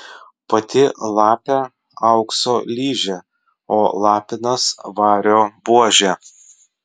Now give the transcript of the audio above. pati lapė aukso ližė o lapinas vario buožė